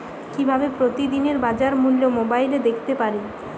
কিভাবে প্রতিদিনের বাজার মূল্য মোবাইলে দেখতে পারি?